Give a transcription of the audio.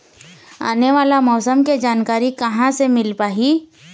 आने वाला मौसम के जानकारी कहां से मिल पाही?